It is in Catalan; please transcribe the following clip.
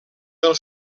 del